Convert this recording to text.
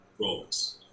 roles